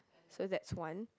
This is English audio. so that's one